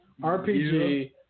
RPG